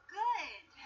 good